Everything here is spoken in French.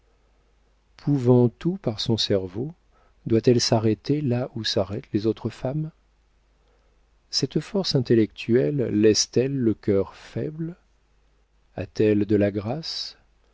pouvant tout par son cerveau doit-elle s'arrêter là où s'arrêtent les autres femmes cette force intellectuelle laisse-t-elle le cœur faible a-t-elle de la grâce